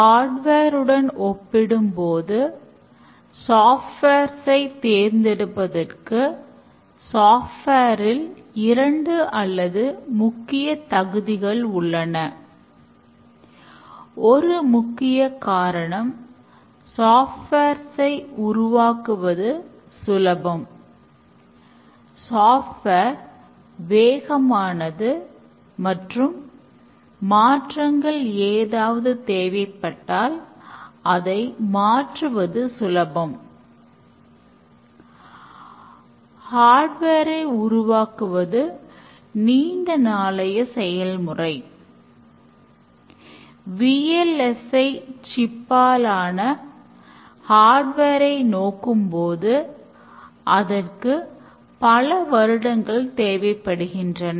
hardware ஐ நோக்கும் போது அதற்கு பல வருடங்கள் தேவைப்படுகின்றன